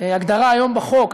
ההגדרה היום בחוק,